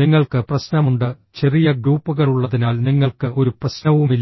നിങ്ങൾക്ക് പ്രശ്നമുണ്ട് ചെറിയ ഗ്രൂപ്പുകളുള്ളതിനാൽ നിങ്ങൾക്ക് ഒരു പ്രശ്നവുമില്ല